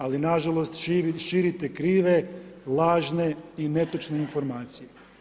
Ali nažalost, širite krive, lažne i netočne informacije.